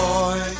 Boy